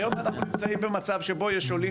היום אנחנו נמצאים במצב שבו יש עולים